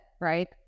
right